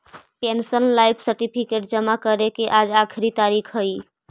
pensioner life certificate जमा करे के आज आखिरी तारीख हइ